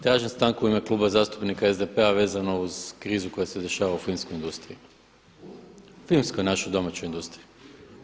Tražim stanku u ime Kluba zastupnika SDP-a vezano uz krizu koja se dešava u filmskoj industriji, filmskoj našoj domaćoj industriji.